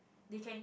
they can